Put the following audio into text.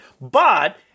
But-